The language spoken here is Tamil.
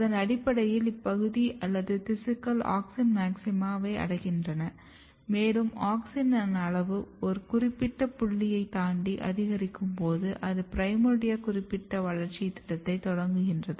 அதன் அடிப்படையில் இப்பகுதி அல்லது திசுக்கள் ஆக்ஸின் மாக்சிமாவை அடைகின்றன மேலும் ஆக்ஸின் அளவு ஒரு குறிப்பிட்ட புள்ளியைத் தாண்டி அதிகரிக்கும் போது அது பிரைமோர்டியா குறிப்பிட்ட வளர்ச்சித் திட்டத்தைத் தொடங்குகிறது